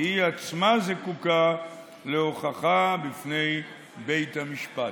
כי היא עצמה זקוקה להוכחה בפני בית המשפט.